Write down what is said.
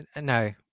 No